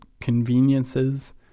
conveniences